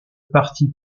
parti